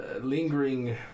Lingering